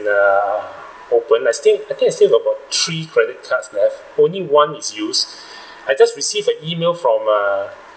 err open I think I think I still got about three credit cards left only one is used I just receive a email from err